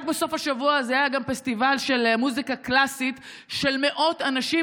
רק בסוף השבוע הזה היה גם פסטיבל של מוזיקה קלאסית של מאות אנשים